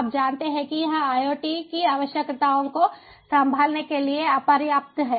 आप जानते हैं कि यह IoT की आवश्यकताओं को संभालने के लिए अपर्याप्त है